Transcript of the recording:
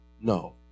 No